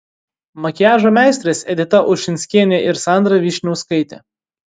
makiažo meistrės edita ušinskienė ir sandra vyšniauskaitė